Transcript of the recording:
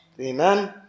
Amen